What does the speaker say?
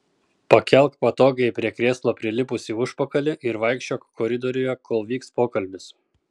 pakelk patogiai prie krėslo prilipusį užpakalį ir vaikščiok koridoriuje kol vyks pokalbis